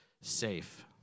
safe